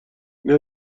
اینا